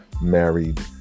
married